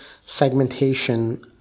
segmentation